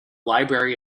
library